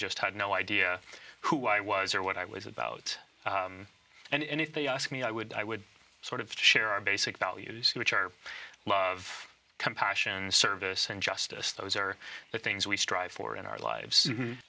just had no idea who i was or what i was about and if they ask me i would i would sort of share our basic values which are love compassion service and justice those are the things we strive for in our lives